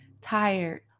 tired